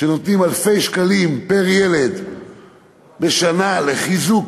שנותנות אלפי שקלים פר-ילד בשנה לחיזוק